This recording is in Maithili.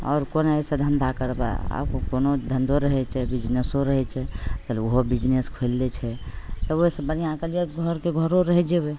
आओर कोन एहिसे धन्धा करबै आओर कोनो धन्धो रहै छै बिजनेसो रहै छै फेर ओहो बिजनेस खोलि लै छै तब ओहिसे बढ़िआँ कहलिए घरके घरो रहि जएबै